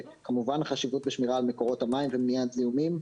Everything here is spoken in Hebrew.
כמובן החשיבות בשמירה על מקורות המים ומניעת זיהומים,